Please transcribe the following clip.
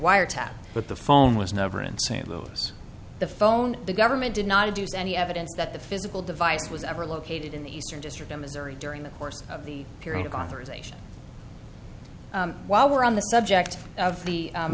wiretap but the phone was never in st louis the phone the government did not abuse any evidence that the physical device was ever located in the eastern district of missouri during the course of the period of authorization while we're on the subject of the